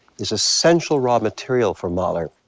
is essential raw material for mahler.